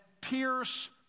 pierce